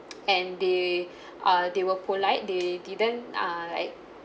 and they uh they were polite they didn't uh like